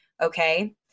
Okay